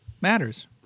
matters